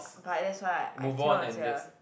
but that's why I cannot sia